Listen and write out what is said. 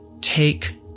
take